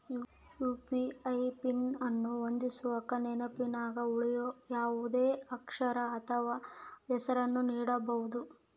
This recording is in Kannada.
ಯು.ಪಿ.ಐ ಪಿನ್ ಅನ್ನು ಹೊಂದಿಸಕ ನೆನಪಿನಗ ಉಳಿಯೋ ಯಾವುದೇ ಅಕ್ಷರ ಅಥ್ವ ಹೆಸರನ್ನ ನೀಡಬೋದು